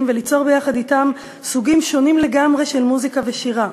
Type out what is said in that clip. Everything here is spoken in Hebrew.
וליצור ביחד אתם סוגים שונים לגמרי של מוזיקה ושירה.